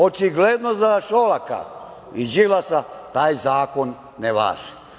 Očigledno za Šolaka i Đilasa taj zakon ne važi.